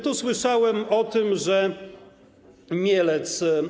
Tu słyszałem o tym, że Mielec.